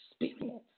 experience